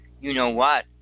you-know-what